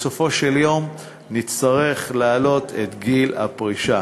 בסופו של דבר נצטרך להעלות את גיל הפרישה.